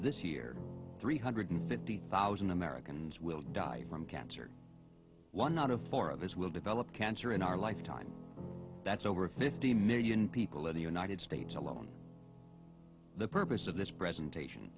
this year three hundred fifty thousand americans will die from cancer one out of four of those will develop cancer in our lifetime that's over fifty million people in the united states alone the purpose of this presentation